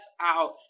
out